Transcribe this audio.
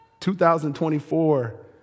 2024